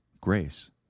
Grace